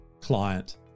client